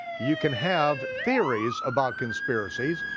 you can have theories about conspiracies,